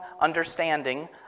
understanding